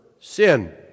sin